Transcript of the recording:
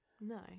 No